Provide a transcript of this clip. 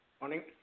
Morning